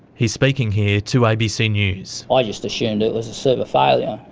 he's speaking here to abc news. i just assumed it was a server failure,